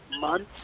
months